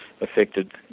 affected